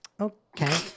okay